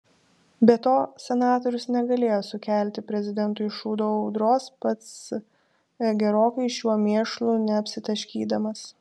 be to senatorius negalėjo sukelti prezidentui šūdo audros pats gerokai šiuo mėšlu neapsitaškydamas